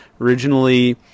Originally